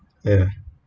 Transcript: ya